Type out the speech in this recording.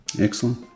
Excellent